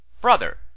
Brother